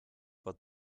but